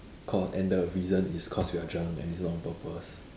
cause and the reason is cause we are drunk and it's not on purpose